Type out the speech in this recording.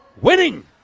winning